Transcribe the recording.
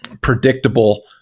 predictable